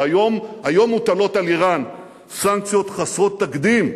והיום, היום מוטלות על אירן סנקציות חסרות תקדים,